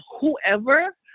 whoever